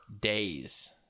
days